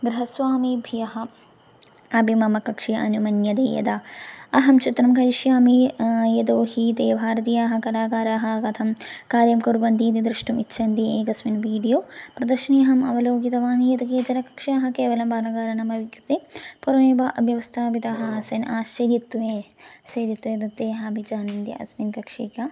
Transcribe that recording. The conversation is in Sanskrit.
गृहस्वामिभ्यः अपि मम कक्ष्या अनुमन्यते यदा अहं चित्रं करिष्यामि यतोहि ते भारतीयाः कलाकाराः कथं कार्यं कुर्वन्ति इति द्रष्टुमिच्छन्ति एकस्मिन् वीडियो प्रदर्शिन्या अहम् अवलोकितवान् यत् केचन कक्ष्याः केवलं बालकारणामपि कृते पूर्वमेव अव्यवस्थापिताः आसन् आश्चर्यत्वे शेरित्वे नृत्तयः अपि जानन्ति अस्मिन् कक्षे का